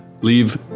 leave